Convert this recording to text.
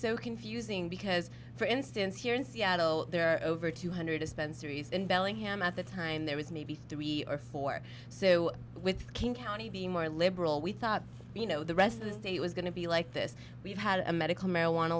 so confusing because for instance here in seattle there are over two hundred dispensaries in bellingham at the time there was maybe three or four so with the king county being more liberal we thought you know the rest of the state was going to be like this we've had a medical marijuana